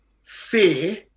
fear